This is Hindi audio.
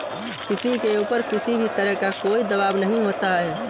किसी के ऊपर किसी भी तरह का कोई दवाब नहीं होता है